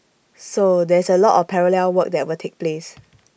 so there is A lot of parallel work that will take place